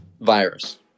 Virus